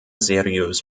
seriös